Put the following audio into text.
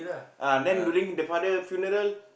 ah then during the father funeral